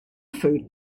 food